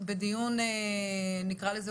בסדרי גודל אחרים, כי הן חברות יותר